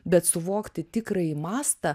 bet suvokti tikrąjį mastą